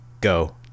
go